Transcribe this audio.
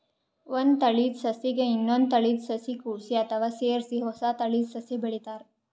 ಒಂದ್ ತಳೀದ ಸಸಿಗ್ ಇನ್ನೊಂದ್ ತಳೀದ ಸಸಿ ಕೂಡ್ಸಿ ಅಥವಾ ಸೇರಿಸಿ ಹೊಸ ತಳೀದ ಸಸಿ ಬೆಳಿತಾರ್